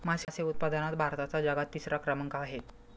मासे उत्पादनात भारताचा जगात तिसरा क्रमांक आहे